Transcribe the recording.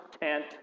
tent